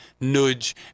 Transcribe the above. nudge